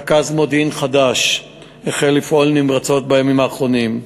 רכז מודיעין חדש החל לפעול נמרצות בימים האחרונים,